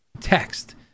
text